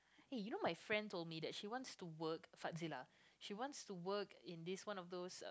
hey you know my friend told me that she wants to work Fadzilah she wants to work in this one of those